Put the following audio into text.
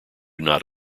not